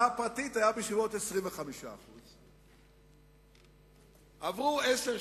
הפרטית היה בסביבות 25%. עברו עשר,